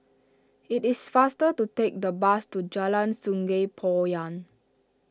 it is faster to take the bus to Jalan Sungei Poyan